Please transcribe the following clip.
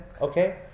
Okay